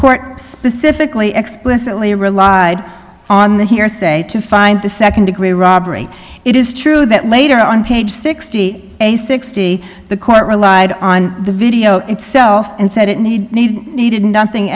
court specifically explicitly relied on the hearsay to find the second degree robbery it is true that later on page sixty eight sixty the court relied on the video itself and said it need need needed nothing